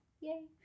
Yay